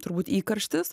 turbūt įkarštis